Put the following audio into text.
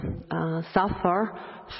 suffer